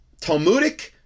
Talmudic